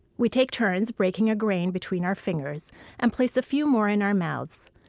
we take turns breaking a grain between our fingers and place a few more in our mouths.